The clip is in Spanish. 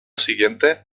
siguiente